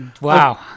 Wow